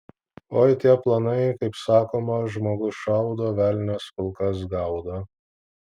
oi tie planai kaip sakoma žmogus šaudo velnias kulkas gaudo